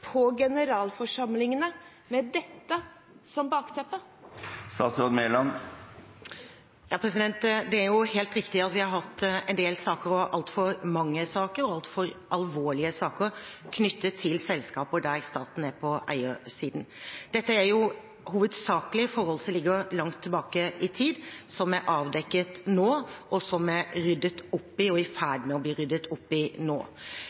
på generalforsamlingene med dette som bakteppe? Det er helt riktig at vi har hatt en del saker og har hatt altfor mange saker, altfor alvorlige saker, knyttet til selskaper der staten er på eiersiden. Dette er hovedsakelig forhold som ligger langt tilbake i tid, som er avdekket nå, og som det er ryddet opp i og er i ferd med å bli ryddet opp i nå.